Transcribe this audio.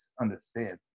understand